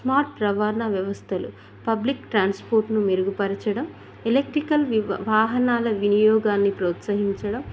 smart రవాణా వ్యవస్థలు public ట్రాన్స్పోర్ట్ను మెరుగుపరచడం ఎలక్ట్రికల్ వాహనాల వినియోగాన్ని ప్రోత్సహించడం